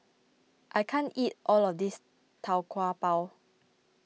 I can't eat all of this Tau Kwa Pau